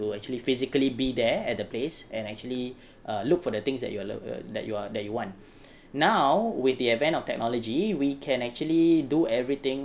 actually physically be there at a place and actually err look for the things that you loo~ that you that you want now with the advent of technology we can actually do everything